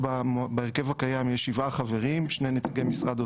בהרכב הקיים יש שבעה חברים: שני נציגי משרד אוצר,